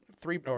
three